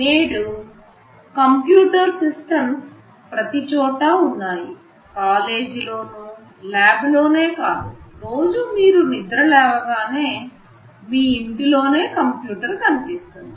నేడు computer systems ప్రతి చోటా ఉన్నాయి మీరు మీ చుట్టూ చూస్తే కాలేజీలోనూ ల్యాబ్ లోనే కాదు రోజు మీరు నిద్ర లేవగానే మీ ఇంటిలో నే కంప్యూటర్ కనిపిస్తుంది